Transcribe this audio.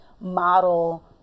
model